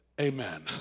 amen